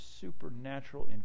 supernatural